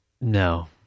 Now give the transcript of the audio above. No